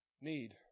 need